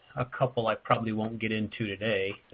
a couple i probably won't get into today.